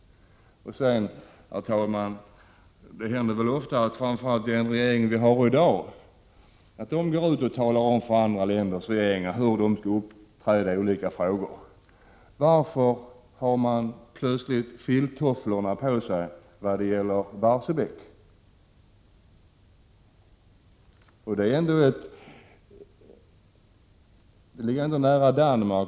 Herr talman! Det händer ofta, framför allt med den regering vi har i dag, att man går ut och talar om för andra länders regeringar hur de skall uppträda i olika frågor. Varför har man plötsligt filttofflorna på när det gäller Barsebäck? Danmark ligger ändå nära.